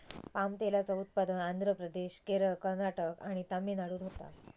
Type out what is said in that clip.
palm तेलाचा उत्पादन आंध्र प्रदेश, केरळ, कर्नाटक आणि तमिळनाडूत होता